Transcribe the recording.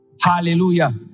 Hallelujah